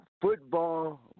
football